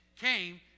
came